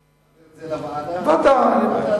מה שהוא רוצה.